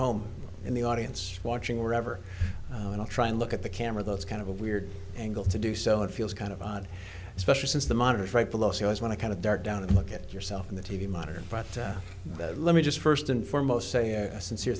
home in the audience watching wherever and i'll try and look at the camera that's kind of a weird angle to do so it feels kind of odd especially since the monitor is right below so i want to kind of dark down and look at yourself in the t v monitor but let me just first and foremost say a sincere